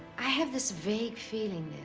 i have this vague feeling